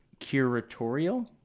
curatorial